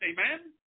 Amen